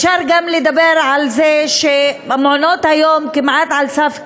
אפשר גם לדבר על זה שמעונות-היום כמעט על סף קריסה,